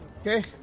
okay